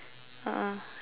can I think of